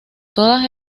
todas